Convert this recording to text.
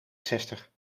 zestig